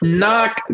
knock